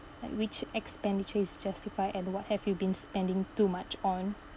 like which expenditure is justified and what have you been spending too much on